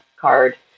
card